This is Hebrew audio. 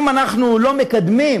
אם אנחנו לא מקדמים